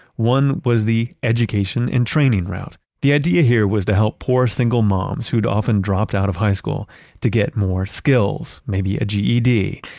one was the education and training route. the idea here was to help poor single moms who'd often dropped out of high school to get more skills, maybe a ged,